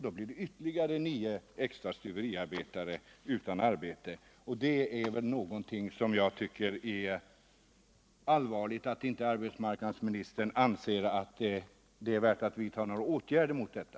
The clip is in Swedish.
Då blir ytterligare nio extra stuveriarbetare utan arbete. Nog finns det väl skäl för att finna det allvarligt när arbetsmarknadsministern inte anser att det är värt att vidta några åtgärder mot detta.